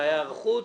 היערכות